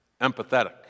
empathetic